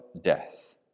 death